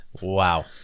Wow